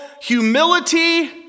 humility